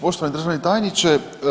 Poštovani državni tajniče.